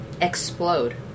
explode